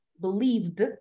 believed